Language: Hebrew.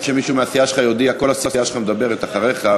שנתן תורה לישראל, ולקבל את חוקי התורה הזו?